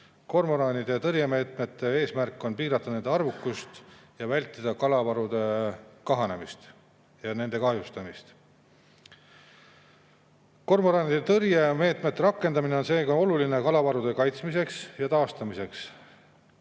Kormoranide tõrje eesmärk on piirata nende arvukust ja vältida kalavaru kahanemist ja selle kahjustamist. Kormoranide tõrje meetmete rakendamine on seega oluline kalavarude kaitsmiseks ja taastamiseks.